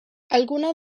algunas